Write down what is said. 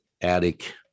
attic